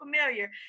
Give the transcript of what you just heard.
familiar